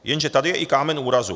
Jenže tady je i kámen úrazu.